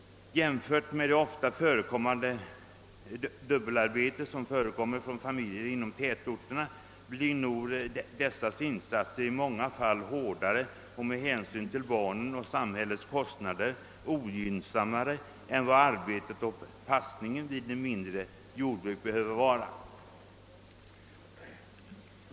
Jämfört med det dubbelarbete som ofta förekommer i familjer inom tätorterna blir nog dessas insatser i många fall hårdare och med hänsyn till barnen och samhällets kostnader ogynnsammare än vad arbetet och passningen vid ett mindre jordbruk behöver vara.